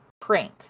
prank